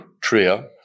Tria